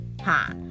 Ha